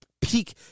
peak